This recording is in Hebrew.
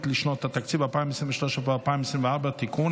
לשנת התקציב 2023 ו-2024) (תיקון),